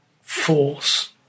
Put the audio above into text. force